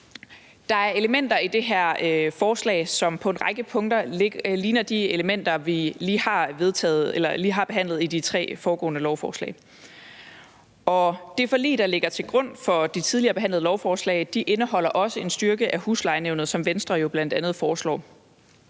Der er elementer i det her forslag, som på en række punkter lidt ligner de elementer, vi lige har behandlet i de tre foregående lovforslag. Og det forlig, der ligger til grund for de tidligere behandlede lovforslag, indeholder også en styrkelse af huslejenævnene, som Venstre jo bl.a. foreslår.